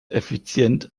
effizient